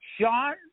Sean